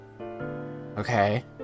Okay